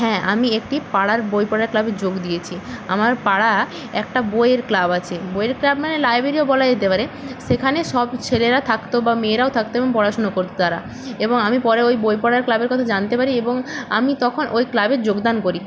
হ্যাঁ আমি একটি পাড়ার বই পড়ার ক্লাবে যোগ দিয়েছি আমার পাড়া একটা বইয়ের ক্লাব আছে বইয়ের ক্লাব মানে লাইবেরিও বলা যেতে পারে সেখানে সব ছেলেরা থাকতো বা মেয়েরাও থাকতো এবং পড়াশুনো করতো তারা এবং আমি পরে ওই বই পড়ার ক্লাবের কথা জানতে পারি এবং আমি তখন ওই ক্লাবে যোগদান করি